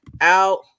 out